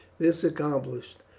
this accomplished,